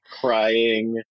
crying